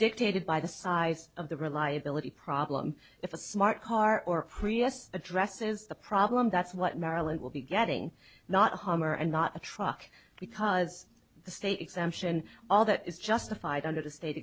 dictated by the size of the reliability problem if a smart car or prius addresses the problem that's what maryland will be getting not a hummer and not a truck because the state exemption all that is justified under the state